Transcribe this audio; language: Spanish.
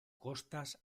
costas